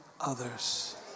others